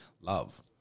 Love